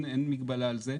אין מגבלה על זה.